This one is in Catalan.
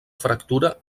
fractura